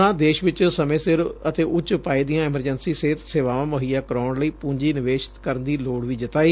ਉਨ੍ਹਾਂ ਦੇਸ਼ ਵਿਚ ਸਮੇਂ ਸਿਰ ਅਤੇ ਉਚ ਪਾਏ ਦੀਆਂ ਐਮਰਜੈਂਸੀ ਸਿਹਤ ਸੇਵਾਵਾਂ ਮੁਹੱਦੀਆ ਕਰਾਉਣ ਲਈ ਪੂੰਜੀ ਨਿਵੇਸ਼ ਕਰਨ ਦੀ ਲੋੜ ਵੀ ਜਤਾਈ